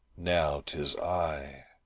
now tis i.